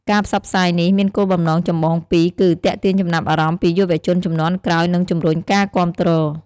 ការផ្សព្វផ្សាយនេះមានគោលបំណងចម្បងពីរគឺ ទាក់ទាញចំណាប់អារម្មណ៍ពីយុវជនជំនាន់ក្រោយ និងជំរុញការគាំទ្រ។